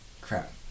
Crap